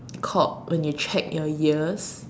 called when you check your ears